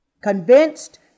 Convinced